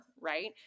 right